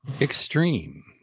extreme